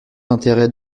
intérêt